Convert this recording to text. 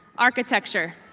architecture.